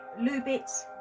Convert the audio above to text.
Lubitz